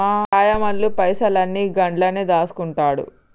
మా రాయమల్లు పైసలన్ని గండ్లనే దాస్కుంటండు